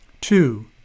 Two